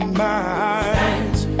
minds